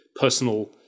personal